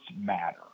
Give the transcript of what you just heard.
matter